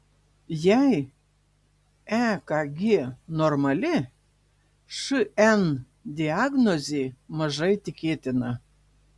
jei ekg normali šn diagnozė mažai tikėtina